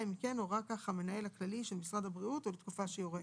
אם כן הורה כך המנהל הכללי של משרד הבריאות ולתקופה שיורה.